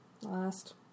Last